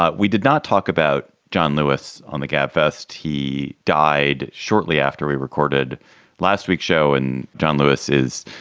ah we did not talk about john lewis on the gabfest he died shortly after we recorded last week's show. and john lewis is.